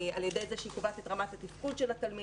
על-ידי כך שהיא קובעת את רמת התפקוד של התלמיד,